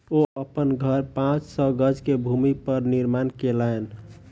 ओ अपन घर पांच सौ गज के भूमि पर निर्माण केलैन